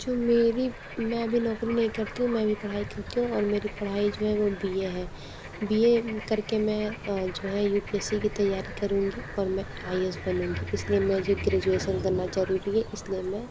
जो मेरी मैं अभी नौकरी नहीं करती हूँ मैं भी पढ़ाई करती हूँ और मेरी पढ़ाई जो है वो बी ए है बी ए कर के मैं जो है यू पी एस सी की तैयारी करूँगी और मैं आई ए एस बनूँगी इस लिए मुझे ग्रेजुएसन करना ज़रूरी है इस लिए मैं